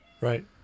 Right